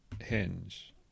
Hinge